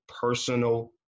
personal